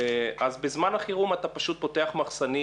אז בזמן החירום אתה פשוט פותח מחסנים,